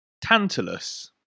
Tantalus